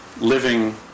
living